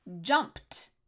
jumped